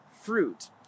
fruit